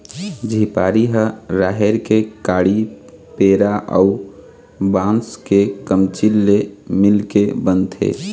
झिपारी ह राहेर के काड़ी, पेरा अउ बांस के कमचील ले मिलके बनथे